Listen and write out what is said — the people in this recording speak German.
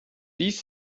dies